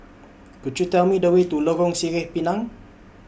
Could YOU Tell Me The Way to Lorong Sireh Pinang